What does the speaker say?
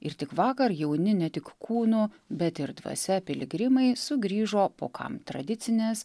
ir tik vakar jauni ne tik kūnu bet ir dvasia piligrimai sugrįžo po kam tradicinės